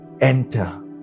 enter